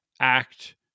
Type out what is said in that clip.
act